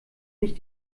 nicht